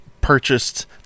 purchased